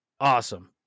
awesome